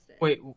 Wait